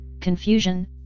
confusion